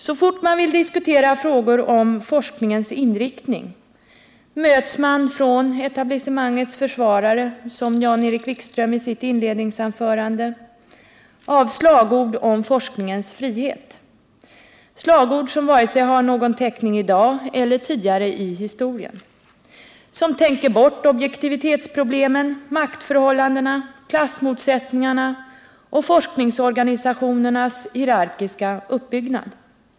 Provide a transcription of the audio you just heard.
Så fort man vill diskutera frågor om forskningens inriktning möts man från etablissemangets försvarare, såsom Jan-Erik Wikström i hans inledningsanförande, av slagord om forskningens frihet, slagord som varken har någon täckning i dag eller tidigare i historien. Slagord som tänker bort objektivitetsproblemen, maktförhållandena, klassmotsättningarna och forskningsorganisationernas hierarkiska uppbyggnad.